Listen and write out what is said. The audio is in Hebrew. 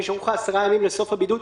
נשארו לו 10 ימים לסוף הבידוד.